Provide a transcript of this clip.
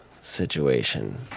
situation